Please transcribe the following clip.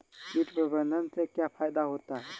कीट प्रबंधन से क्या फायदा होता है?